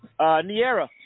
Niera